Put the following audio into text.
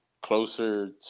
closer